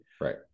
Right